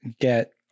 get